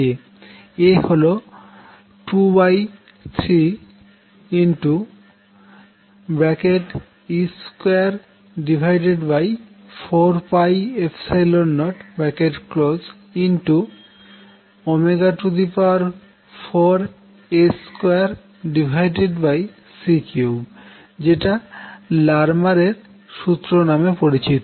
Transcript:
a হল 23e2404A2C3যেটা Larmor সুত্র নামে পরিচিত